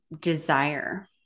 desire